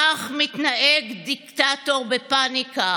כך מתנהג דיקטטור בפניקה.